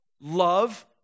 Love